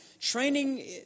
training